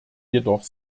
jedoch